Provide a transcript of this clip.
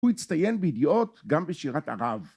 הוא הצטיין בידיעות גם בשירת ערב.